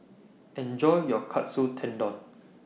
Enjoy your Katsu Tendon